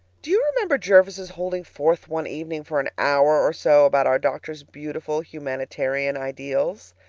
do you remember jervis's holding forth one evening for an hour or so about our doctor's beautiful humanitarian ideals?